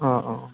अ अ